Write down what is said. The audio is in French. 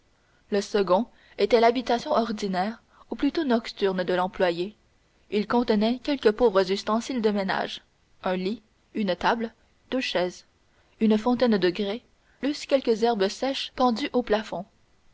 le second était l'habitation ordinaire ou plutôt nocturne de l'employé il contenait quelques pauvres ustensiles de ménage un lit une table deux chaises une fontaine de grès plus quelques herbes sèches pendues au plafond